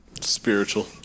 Spiritual